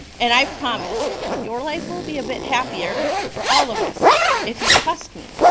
and i promise your life will be a bit happier for all of us if you trust me,